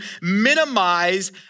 minimize